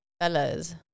fellas